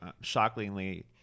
Shockingly